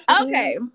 Okay